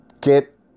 get